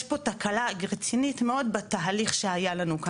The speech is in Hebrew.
פה תקלה רצינית מאוד בתהליך שהיה לנו כאן,